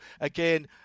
again